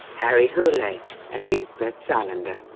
harry hole and lisbeth salander.